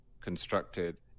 constructed